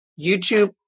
YouTube